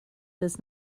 does